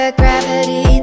gravity